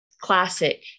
classic